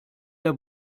der